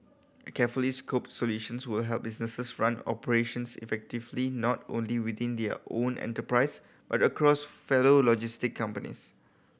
carefully scoped solutions will help businesses run operations effectively not only within their own enterprise but across fellow logistic companies